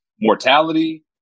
mortality